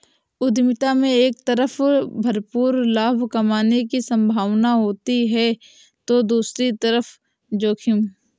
उद्यमिता में एक तरफ भरपूर लाभ कमाने की सम्भावना होती है तो दूसरी तरफ जोखिम